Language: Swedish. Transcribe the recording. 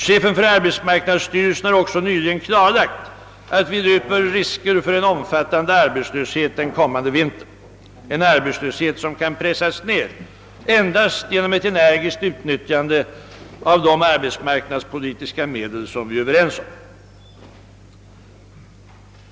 Chefen för arbetsmarknadsstyrelsen har också nyligen klarlagt att vi löper risk för en omfattande arbetslöshet den kommande vintern, en arbetslöshet som kan pressas ned endast genom ett energiskt utnyttjande av de arbetsmarknadspolitiska medel som vi är överens om.